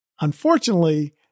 Unfortunately